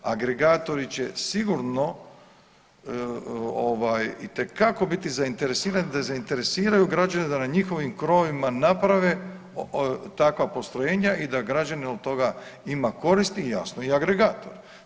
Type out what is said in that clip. Agregatori će sigurno ovaj itekako biti zainteresirani da zainteresiraju građane da na njihovim krovovima naprave takva postrojenja i da građanin od toga ima koristi jasno i agregator.